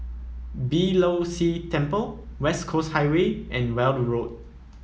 Beeh Low See Temple West Coast Highway and Weld Road